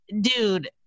Dude